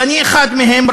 ואני אחד מהם,